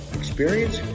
experience